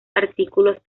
artículos